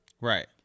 Right